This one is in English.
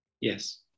Yes